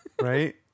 Right